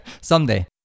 someday